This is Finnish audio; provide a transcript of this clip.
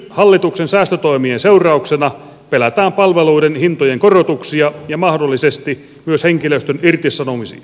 nyt hallituksen säästötoimien seurauksena pelätään palveluiden hintojen korotuksia ja mahdollisesti myös henkilöstön irtisanomisia